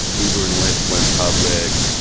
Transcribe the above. uber and lyft went public.